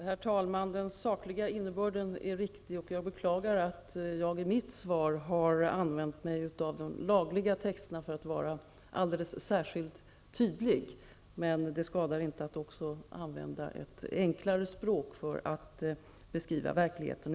Herr talman! Den sakliga innebörden är riktig, och jag beklagar att jag i mitt svar har använt mig av de lagtekniska texterna för att vara alldeles särskilt tydlig. Det skadar inte att använda ett enklare språk för att beskriva verkligheten.